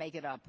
make it up